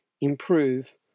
improve